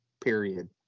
period